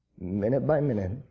minute-by-minute